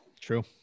True